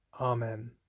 Amen